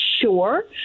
sure